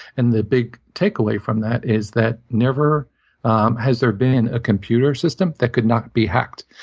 and the big takeaway from that is that never um has there been a computer system that could not be hacked.